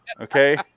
okay